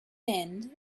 end